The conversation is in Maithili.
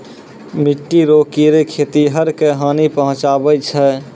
मिट्टी रो कीड़े खेतीहर क हानी पहुचाबै छै